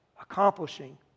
accomplishing